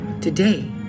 Today